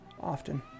often